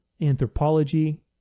Anthropology